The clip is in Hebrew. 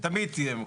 תמיד יהיו.